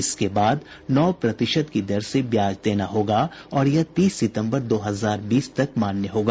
इसके बाद नौ प्रतिशत की दर से ब्याज देना होगा और यह तीस सितंबर दो हजार बीस तक मान्य होगा